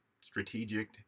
strategic